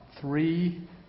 three